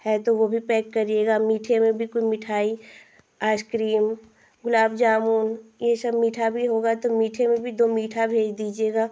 है तो वह भी पैक करिएगा मीठे में भी कोई मिठाई आइसक्रीम गुलाब जामुन यह सब मीठा भी होगा तो मीठे में भी दो मीठा भेज दीजिएगा